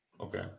Okay